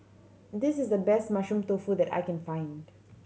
this is the best Mushroom Tofu that I can find